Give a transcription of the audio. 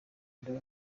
urebe